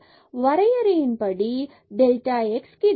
பின்னர் வரையறை படி 1 delta x கிடைக்கும்